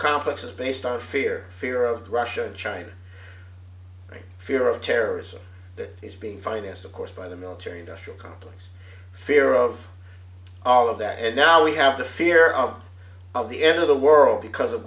complex is based on fear fear of russia and china fear of terrorism that is being financed of course by the military industrial complex fear of all of that and now we have the fear of of the end of the world because of